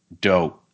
dope